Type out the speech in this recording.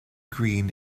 green